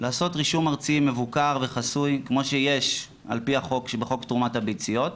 לעשות רישום ארצי מבוקר וחסוי על פי החוק שבחוק תרומת הביציות,